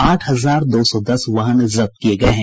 आठ हजार दो सौ दस वाहन जब्त किये गये हैं